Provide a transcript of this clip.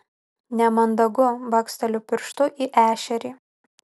nemandagu baksteliu pirštu į ešerį